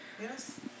Yes